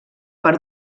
per